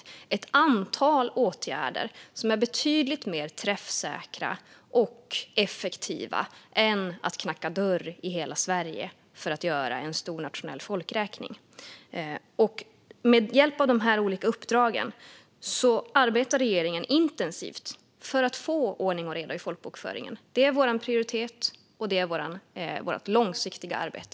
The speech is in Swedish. Detta är ett antal åtgärder som är betydligt mer träffsäkra och effektiva än att knacka dörr i hela Sverige för att göra en stor nationell folkräkning. Med hjälp av dessa olika uppdrag arbetar regeringen intensivt för att få ordning och reda i folkbokföringen. Det är vår prioritet, och det är vårt långsiktiga arbete.